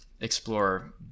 explore